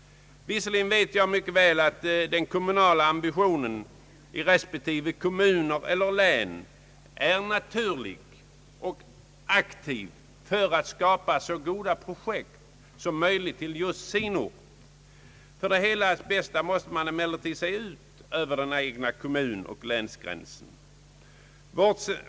Visserligen vet jag mycket väl att den kommunala ambitionen i respektive kommuner eller län är naturlig och aktiv för att skapa så goda projekt som möjligt. För det helas bästa måste man emellertid se ut över den egna kommunoch länsgränsen.